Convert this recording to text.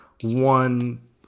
one